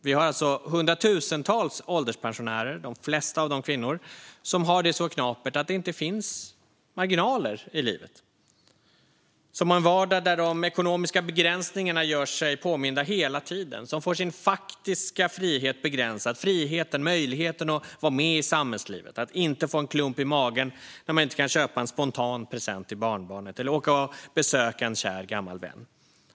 Vi ha alltså hundratusentals ålderspensionärer, de flesta av dem kvinnor, som har det så knapert att det inte finns marginaler i livet. De har en vardag där de ekonomiska begränsningarna gör sig påminda hela tiden. De får sin faktiska frihet begränsad. Det gäller friheten och möjligheten att vara med i samhällslivet, att inte få en klump i magen när de inte kan köpa en spontan present till barnbarnet eller åka och besöka en kär gammal vän.